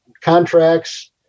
contracts